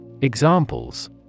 Examples